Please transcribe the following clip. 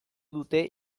dute